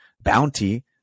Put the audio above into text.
bounty